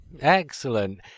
Excellent